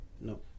no